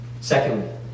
Secondly